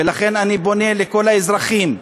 ולכן אני פונה לכל האזרחים,